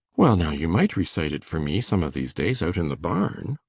well now, you might recite it for me some of these days, out in the barn,